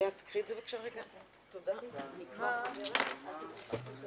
הישיבה ננעלה בשעה 10:55.